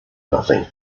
nothing